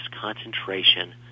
concentration